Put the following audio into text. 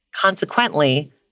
Consequently